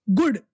good